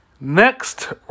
Next